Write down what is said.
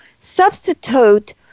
substitute